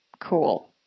Cool